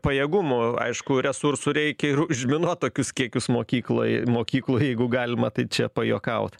pajėgumų aišku resursų reikia ir užminuot tokius kiekius mokykloj mokykloj jeigu galima tai čia pajuokaut